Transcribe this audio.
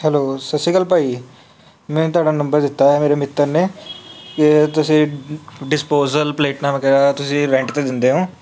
hello ਸਤਿ ਸ਼੍ਰੀ ਅਕਾਲ ਭਾਅ ਜੀ ਮੈਨੂੰ ਤੁਹਾਡਾ ਨੰਬਰ ਦਿੱਤਾ ਹੈ ਮੇਰੇ ਮਿੱਤਰ ਨੇ ਕਿ ਤੁਸੀਂ ਡਿਸਪੋਜਲ ਪਲੇਟਾਂ ਵਗੈਰਾ ਤੁਸੀਂ ਰੈਂਟ 'ਤੇ ਦਿੰਦੇ ਹੋ